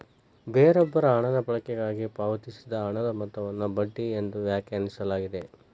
ಬೇರೊಬ್ಬರ ಹಣದ ಬಳಕೆಗಾಗಿ ಪಾವತಿಸಿದ ಹಣದ ಮೊತ್ತವನ್ನು ಬಡ್ಡಿ ಎಂದು ವ್ಯಾಖ್ಯಾನಿಸಲಾಗಿದೆ